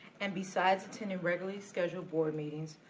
and besides attending regularly scheduled board meetings,